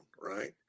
Right